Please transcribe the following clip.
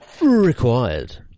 Required